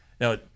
Now